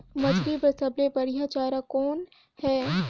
मछरी बर सबले बढ़िया चारा कौन हे?